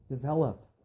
develop